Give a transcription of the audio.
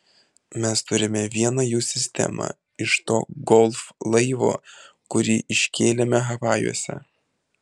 mes turime vieną jų sistemą iš to golf laivo kurį iškėlėme havajuose